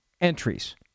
entries